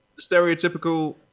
stereotypical